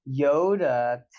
yoda